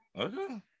Okay